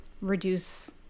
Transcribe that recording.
reduce